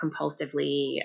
compulsively